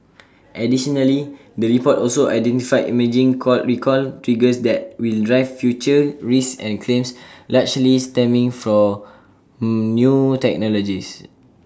additionally the report also identified emerging call recall triggers that will drive future risks and claims largely stemming from new technologies